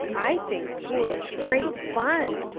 i think school is great fun,